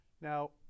Now